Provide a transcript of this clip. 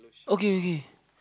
okay okay